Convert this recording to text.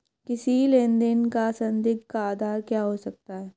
किसी लेन देन का संदिग्ध का आधार क्या हो सकता है?